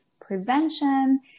prevention